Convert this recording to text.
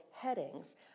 headings